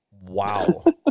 Wow